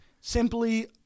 simply